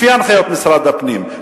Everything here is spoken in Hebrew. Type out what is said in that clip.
לפי הנחיות משרד הפנים,